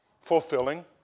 fulfilling